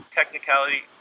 technicality